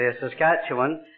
Saskatchewan